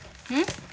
hmm